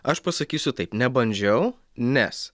aš pasakysiu taip nebandžiau nes